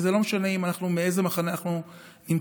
וזה לא משנה באיזה מחנה אנחנו נמצאים,